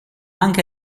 anche